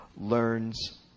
learns